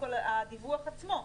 הדיווח עצמו.